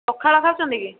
ପଖାଳ ଖାଉଛନ୍ତି କି